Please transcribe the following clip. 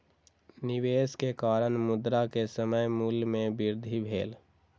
निवेश के कारण, मुद्रा के समय मूल्य में वृद्धि भेल